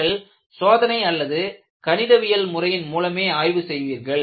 நீங்கள் சோதனை அல்லது கணிதவியல் முறையின் மூலமே ஆய்வு செய்வீர்கள்